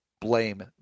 blame